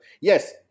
yes